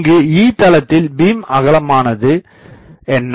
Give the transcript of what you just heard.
இங்கு E தளத்தில் பீம்அகலமானது என்ன